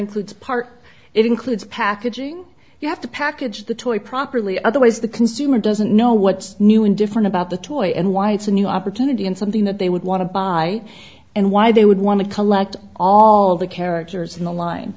includes part it includes packaging you have to package the toy properly other ways the consumer doesn't know what's new and different about the toy and why it's a new opportunity and something that they would want to buy and why they would want to collect all the characters in the line